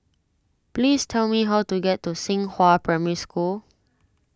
please tell me how to get to Xinghua Primary School